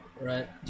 right